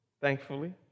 thankfully